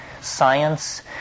Science